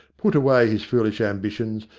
put away his foolish ambitions,